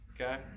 Okay